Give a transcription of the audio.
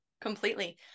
completely